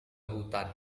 hutan